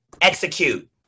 execute